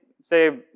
say